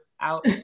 out